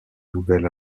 nouvel